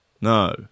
No